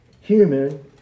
human